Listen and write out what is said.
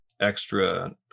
extra